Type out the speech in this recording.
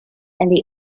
and